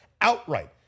outright